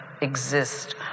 exist